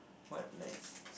what like